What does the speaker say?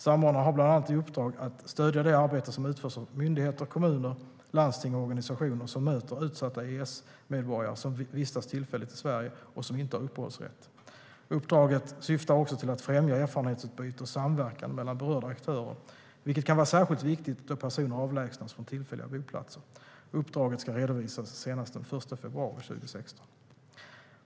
Samordnaren har bland annat i uppdrag att stödja det arbete som utförs av myndigheter, kommuner, landsting och organisationer som möter utsatta EES-medborgare som vistas tillfälligt i Sverige och som inte har uppehållsrätt. Uppdraget syftar också till att främja erfarenhetsutbyte och samverkan mellan berörda aktörer, vilket kan vara särskilt viktigt då personer avlägsnas från tillfälliga boplatser. Uppdraget ska redovisas senast den 1 februari 2016.